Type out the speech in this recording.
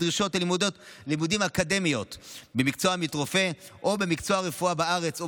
דרישות הלימודים האקדמיות במקצוע עמית רופא או במקצוע הרפואה בארץ או